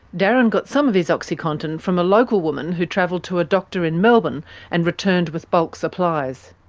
darren got some of his oxycontin from a local woman who travelled to a doctor in melbourne and returned with bulk supplies.